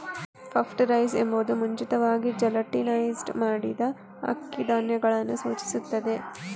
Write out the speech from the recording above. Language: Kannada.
ಪಫ್ಡ್ ರೈಸ್ ಎಂಬುದು ಮುಂಚಿತವಾಗಿ ಜೆಲಾಟಿನೈಸ್ಡ್ ಮಾಡಿದ ಅಕ್ಕಿ ಧಾನ್ಯಗಳನ್ನು ಸೂಚಿಸುತ್ತದೆ